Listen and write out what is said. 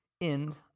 end